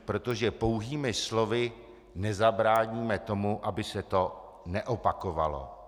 Protože pouhými slovy nezabráníme tomu, aby se to neopakovalo.